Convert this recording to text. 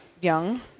young